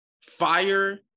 fire